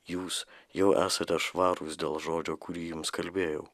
jūs jau esate švarūs dėl žodžio kurį jums kalbėjau